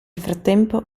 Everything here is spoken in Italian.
frattempo